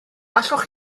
allwch